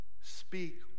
speak